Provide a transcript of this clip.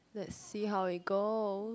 let's see how it go